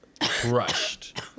crushed